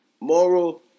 moral